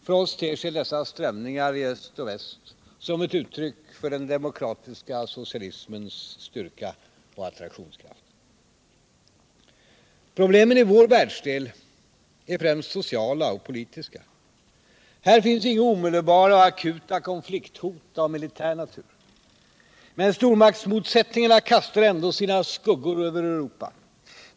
För oss ter sig dessa strömningar i öst och väst som ett uttryck för den demokratiska socialismens styrka och attraktionskraft. Problemen i vår världsdel är främst sociala och politiska. Här finns inga omedelbara och akuta konflikthot av militär natur. Men stormaktsmotsättningarna kastar ändå sina skuggor över Europa.